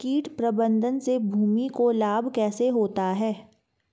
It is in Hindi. कीट प्रबंधन से भूमि को लाभ कैसे होता है?